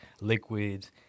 liquids